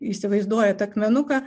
įsivaizduojat akmenuką